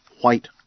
white